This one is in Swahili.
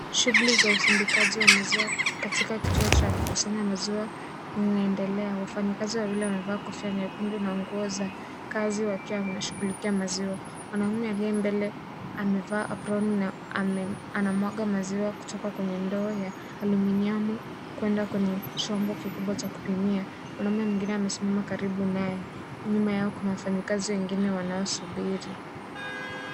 Shuguli ya usindikaji maziwa, katika kituo cha ukusanyaji maziwa, inaendelea, wafanyikazi wawili wamevaa kofia nyekundu na nguo za kazi wakiwa wanashugulika maziwa, mwanaume aliye mbele amevaa aproni na ame, anamwaga maziwa kutoka kwenye ndoo ya aluminiamu, kwenda kwenye chombo kikubwa cha kupimia, mwanaume mwingine amesimama karibu naye, nyuma yao kuna wafanyikazi wengine wanao subiri.